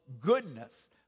goodness